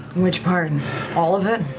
which part? and all of it?